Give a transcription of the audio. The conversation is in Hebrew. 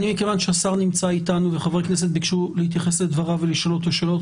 מכיוון שהשר חזר וחברי כנסת בקשו להתייחס לדבריו ולשאול אותו שאלות,